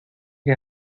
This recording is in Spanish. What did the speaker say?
que